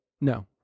No